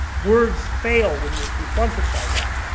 words fail when you're confronted by that.